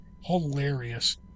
hilarious